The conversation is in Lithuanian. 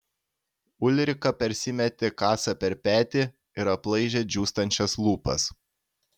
ulrika persimetė kasą per petį ir aplaižė džiūstančias lūpas